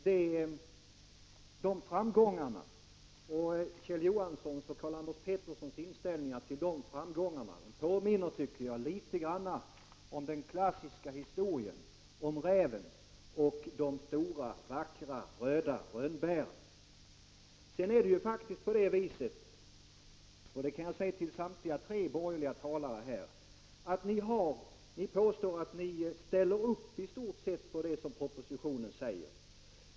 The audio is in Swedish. Den inställning som Kjell Johansson och Karl-Anders Petersson har till dessa framgångar tycker jag litet grand påminner om den klassiska historien om räven och de stora, vackra, röda rönnbären. Samtliga tre borgerliga talare påstår att de i stort sett ställer upp för det som sägs i propositionen.